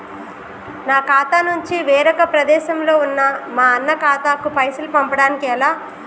నా ఖాతా నుంచి వేరొక ప్రదేశంలో ఉన్న మా అన్న ఖాతాకు పైసలు పంపడానికి ఎలా?